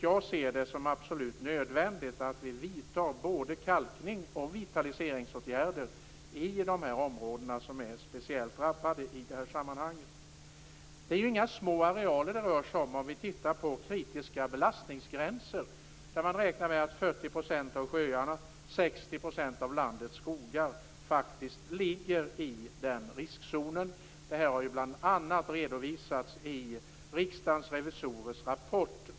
Jag ser det som absolut nödvändigt att vidta både kalkning och vitaliseringsåtgärder i de områden som är särskilt drabbade. Det rör sig ju inte om några små arealer. Om vi ser på kritiska belastningsgränser räknar man med att 40 % av sjöarna och 60 % av landets skogar ligger i riskzonen, vilket bl.a. har redovisats i Riksdagens revisorers rapport.